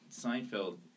Seinfeld